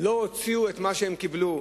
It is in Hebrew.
לא הוציאו את מה שהם קיבלו.